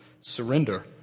surrender